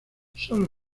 sólo